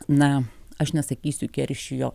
na aš nesakysiu keršijo